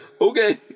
Okay